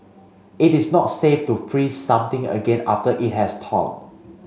it is not safe to freeze something again after it has thawed